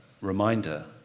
reminder